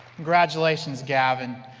congratulations gavin!